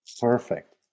Perfect